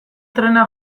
trena